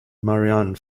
marianne